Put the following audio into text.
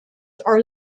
are